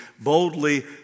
boldly